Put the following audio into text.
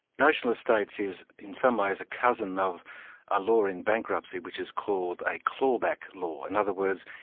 notional estates is in some ways a cousin of a law in bankruptcy which is called a clawback law. in other words,